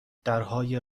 درهای